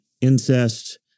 incest